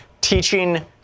teaching